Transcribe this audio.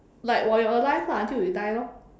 like while you are alive lah until you die lor